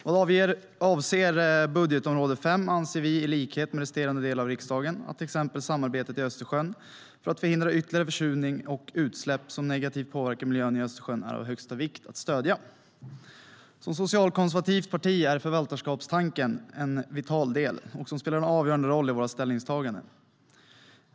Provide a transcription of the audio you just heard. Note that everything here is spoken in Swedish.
Vad avser budgetområde 5 anser vi, i likhet med resterande delar av riksdagen, att till exempel samarbetet i Östersjön, för att förhindra ytterligare försurning och utsläpp som negativt påverkar miljön i Östersjön, är av största vikt att stödja. För ett socialkonservativt parti är förvaltarskapstanken en vital del som spelar en avgörande roll i våra ställningstaganden.